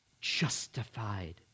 justified